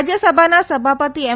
રાજ્યસભાના સભાપતિ એમ